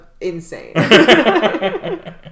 insane